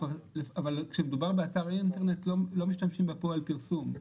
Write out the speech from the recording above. כשמדובר באתר אינטרנט לא משתמשים בפועל פרסום.